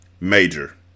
Major